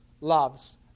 loves